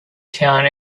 town